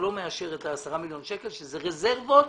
מאשר את 10 מיליון השקלים שהם רזרבות